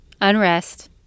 Unrest